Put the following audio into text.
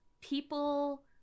People